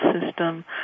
system